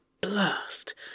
blast